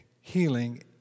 healing